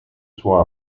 suo